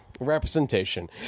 Representation